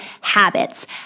habits